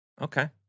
Okay